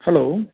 hello